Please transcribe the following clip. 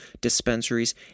dispensaries